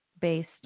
based